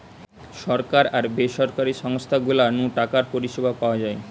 সরকার আর বেসরকারি সংস্থা গুলা নু টাকার পরিষেবা পাওয়া যায়